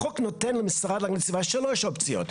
החוק נותן למשרד להגנת הסביבה שלוש אופציות.